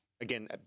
again